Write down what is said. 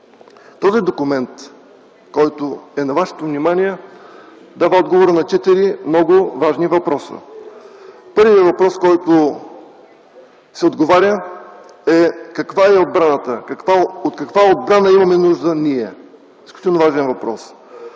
Този документ, който е на вашето внимание, дава отговор на четири много важни въпроса. Първият въпрос е каква е отбраната, от каква отбрана имаме нужда ние. Изключително важен въпрос!